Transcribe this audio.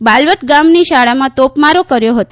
બાલવટ ગામની શાળામાં તોપમારો કર્યો હતો